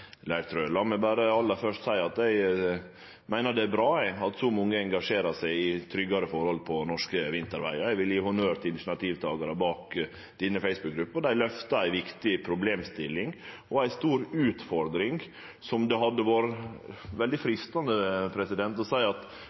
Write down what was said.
berre aller først seie at eg meiner det er bra at så mange engasjerer seg i tryggare forhold på norske vintervegar. Eg vil gje honnør til initiativtakarane bak denne Facebook-gruppa. Dei løfter ei viktig problemstilling og ei stor utfordring som det hadde vore veldig freistande å seie at